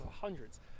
hundreds